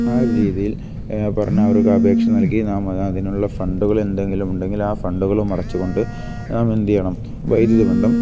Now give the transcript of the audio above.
ആ ഒരു രീതിയിൽ പറഞ്ഞവർക്ക് അപേക്ഷ നൽകി നാം അതിനുള്ള ഫണ്ടുകൾ എന്തെങ്കിലും ഉണ്ടെങ്കിൽ ആ ഫണ്ടുകളും മറച്ചുകൊണ്ട് നാം എന്ത് ചെയ്യണം വൈദ്യുതി ബന്ധം